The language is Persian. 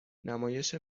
نمایش